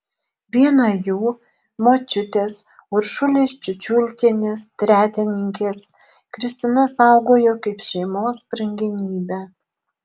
vieną jų močiutės uršulės čiučiulkienės tretininkės kristina saugojo kaip šeimos brangenybę